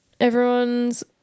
everyone's